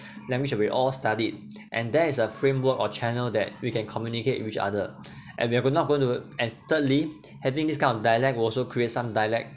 language that we all studied and there is a framework or channel that we can communicate with each other and if we're not going to acts sternly having this kind of dialect will also create some dialect